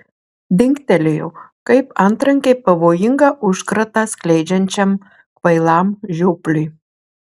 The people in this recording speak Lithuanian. dingtelėjo kaip antrankiai pavojingą užkratą skleidžiančiam kvailam žiopliui